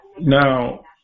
Now